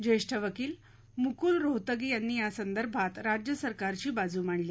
ज्येष्ठ वकील मुकुल रोहतगी यांनी यासंदर्भात राज्य सरकारची बाजू मांडली